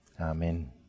Amen